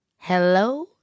Hello